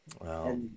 Wow